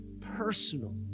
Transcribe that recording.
personal